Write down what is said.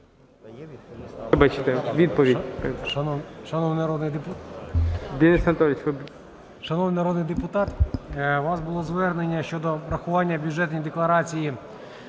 Шановний народний депутат, у вас було звернення щодо врахування бюджетної декларації.